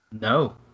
No